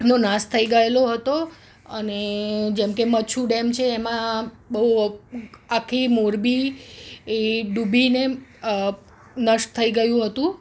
નો નાશ થઈ ગયેલો હતો અને જેમકે મચ્છુ ડેમ છે એમાં બહુ આખી મોરબી એ ડૂબીને નષ્ટ થઈ ગયું હતું